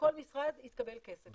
לכל משרד יתקבל כסף,